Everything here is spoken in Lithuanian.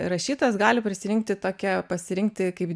rašytojas gali prisirinkti tokią pasirinkti kaip